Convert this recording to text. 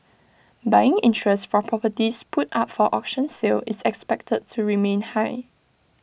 buying interest for properties put up for auction sale is expected to remain high